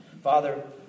father